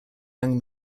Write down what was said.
young